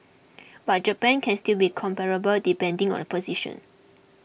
but Japan can still be comparable depending on the position